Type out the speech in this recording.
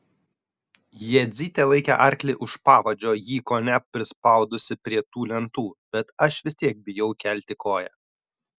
jadzytė laikė arklį už pavadžio jį kone prispaudusi prie tų lentų bet aš vis tiek bijau kelti koją